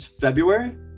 February